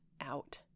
out